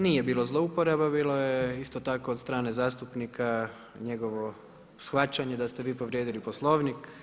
Nije bilo zlouporaba bilo je isto tako od strane zastupnika njegovo shvaćanje da ste vi povrijedili Poslovnik.